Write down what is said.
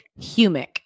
Humic